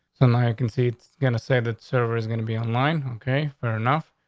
um i i can see gonna say that server is gonna be online. okay, fair enough.